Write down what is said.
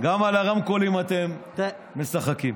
גם ברמקולים אתם משחקים.